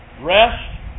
rest